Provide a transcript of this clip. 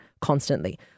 constantly